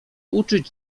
uczyć